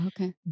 Okay